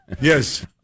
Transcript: Yes